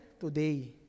Today